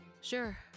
Sure